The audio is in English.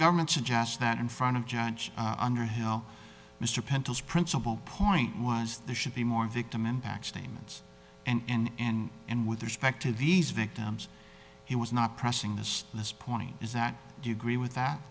government suggest that in front of jantsch underhill mr penton principal point was there should be more victim impact statements and and and with respect to these victims he was not pressing the stress point is that you agree with that